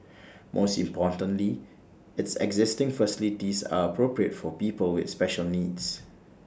most importantly its existing facilities are appropriate for people with special needs